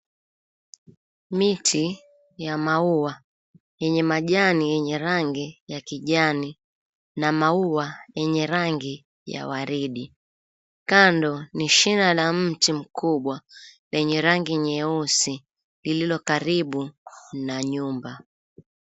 Miti ya maua yenye majani yenye rangi ya kijani na maua yenye rangi ya waridi. Kando ni shina la mti mkubwa lenye rangi nyeusi lililo karibu na nyumba.